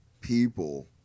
people